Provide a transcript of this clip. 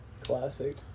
Classic